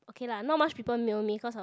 okay lah not much people mail me cause I